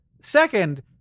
Second